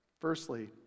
Firstly